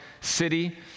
city